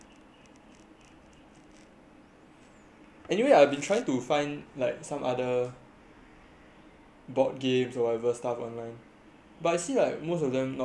anyway I've been trying to find like some other board games or other stuff online but I see like most of them not very fun eh